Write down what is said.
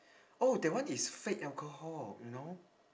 oh that one is fake alcohol you know